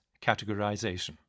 categorization